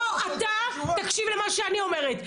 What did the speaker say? לא, אתה תקשיב למה שאני אומרת.